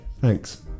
thanks